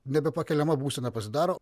nebepakeliama būsena pasidaro